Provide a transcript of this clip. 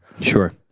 Sure